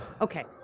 Okay